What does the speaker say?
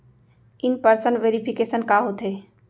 In person verification का होथे?